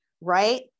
right